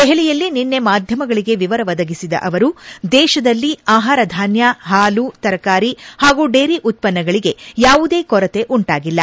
ದೆಹಲಿಯಲ್ಲಿ ನಿನ್ನೆ ಮಾಧ್ಯಮಗಳಿಗೆ ವಿವರ ಒದಗಿಸಿದ ಅವರು ದೇಶದಲ್ಲಿ ಆಹಾರಧಾನ್ಯ ಹಾಲು ತರಕಾರಿ ಪಾಗೂ ಡೇರಿ ಉತ್ಪನ್ನಗಳಿಗೆ ಯಾವುದೇ ಕೊರತೆ ಉಂಟಾಗಿಲ್ಲ